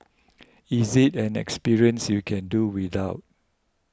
is it an experience you can do without